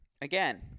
again